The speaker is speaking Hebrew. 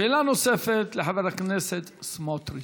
שאלה נוספת לחבר הכנסת סמוטריץ.